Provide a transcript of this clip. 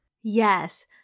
Yes